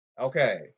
Okay